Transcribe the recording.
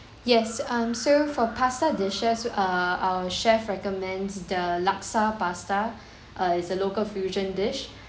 yes um so for pasta dishes err our chef recommends the laksa pasta uh is a local fusion dish